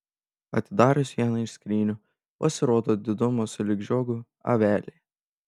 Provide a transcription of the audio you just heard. atidarius vieną iš skrynių pasirodo didumo sulig žiogu avelė